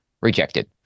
rejected